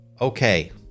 Okay